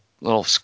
little –